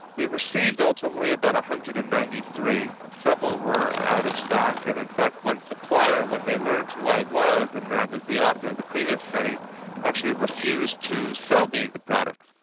we received ultimately about one hundred and ninety three, several were out of stock and in fact one supplier when they learned who i was and that i was the author of the previous study actually refused to sell me the product.